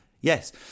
Yes